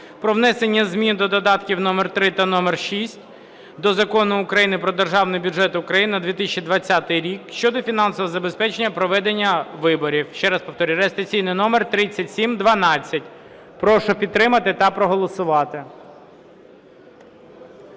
про внесення змін до додатків № 3 та № 6 до Закону України "Про Державний бюджет України на 2020 рік" щодо фінансового забезпечення проведення виборів. Ще раз повторюю, реєстраційний номер 3712. Прошу підтримати та проголосувати.